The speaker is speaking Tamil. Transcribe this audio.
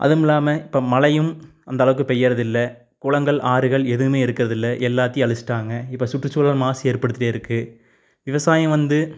அதுமில்லாமல் இப்போ மழையும் அந்தளவுக்கு பெய்கிறது இல்லை குளங்கள் ஆறுகள் எதுவுமே இருக்கிறது இல்லை எல்லாத்தையும் அழிச்சுட்டாங்க இப்போ சுற்றுச்சூழல் மாசு ஏற்படுத்திகிட்டே இருக்குது விவசாயம் வந்து